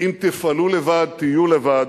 אם תפעלו לבד, תהיו לבד.